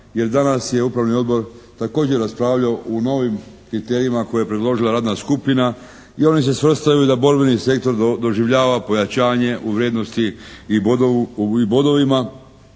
jer danas je upravni odbor također raspravljao o novim kriterijima koje je predložila radna skupina i oni se svrstaju da borbeni sektor doživljava pojačanje u vrijednosti i bodovima.